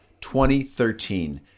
2013